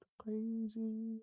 Crazy